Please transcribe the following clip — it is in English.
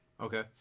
Okay